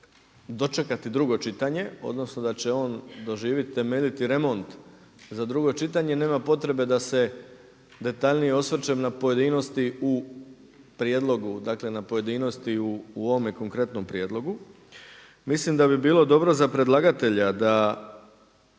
dočekati drugo čitanje, odnosno da će on doživjeti temeljiti remont za drugo čitanje nema potrebe da se detaljnije osvrćem na pojedinosti u prijedlogu, dakle na pojedinosti u ovome konkretnom prijedlogu. Mislim da bi bilo dobro za predlagatelja da